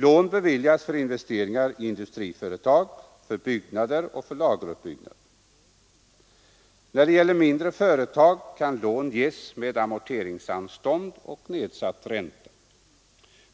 Lån beviljas för investeringar i industriföretag, för byggnader och för lageruppbyggnad. När det gäller mindre företag kan lån ges med amorteringsanstånd och nedsatt ränta.